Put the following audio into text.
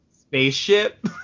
spaceship